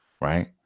Right